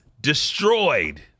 destroyed